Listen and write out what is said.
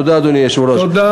אדוני היושב-ראש, תודה.